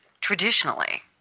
traditionally